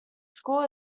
school